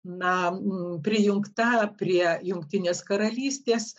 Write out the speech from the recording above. na prijungta prie jungtinės karalystės